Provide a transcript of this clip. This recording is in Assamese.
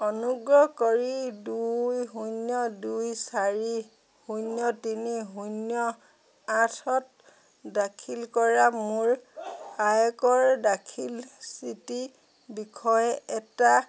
অনুগ্ৰহ কৰি দুই শূন্য দুই চাৰি শূন্য তিনি শূন্য আঠত দাখিল কৰা মোৰ আয়কৰ দাখিল স্থিতিৰ বিষয়ে এটা